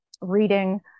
reading